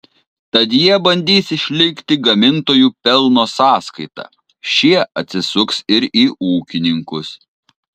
tad jie bandys išlikti gamintojų pelno sąskaita šie atsisuks ir į ūkininkus